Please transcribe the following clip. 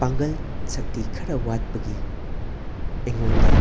ꯄꯥꯡꯒꯜ ꯁꯛꯇꯤ ꯈꯔ ꯋꯥꯠꯄꯒꯤ ꯑꯩꯉꯣꯟꯗ